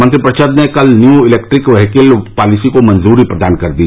मंत्रिपरिषद ने कल न्यू इलेक्ट्रिक व्हीकल पॉलिसी को मंजूरी प्रदान कर दी